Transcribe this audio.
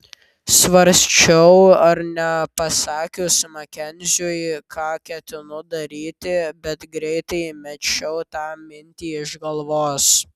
svarsčiau ar nepasakius makenziui ką ketinu daryti bet greitai mečiau tą mintį iš galvos